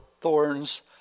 thorns